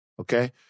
Okay